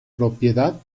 propiedad